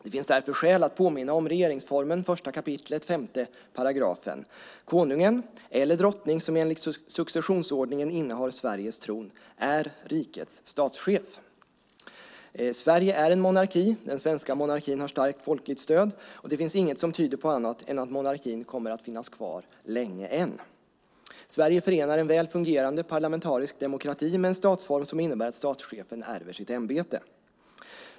Det finns därför skäl att påminna om regeringsformen 1 kap. 5 §: Konungen eller drottning, som enligt successionsordningen innehar Sveriges tron, är rikets statschef. Sverige är en monarki. Den svenska monarkin har starkt folkligt stöd, och det finns inget som tyder på annat än att monarkin kommer att finnas kvar länge än. Sverige förenar en väl fungerande parlamentarisk demokrati med en statsform som innebär att statschefen ärver sitt ämbete.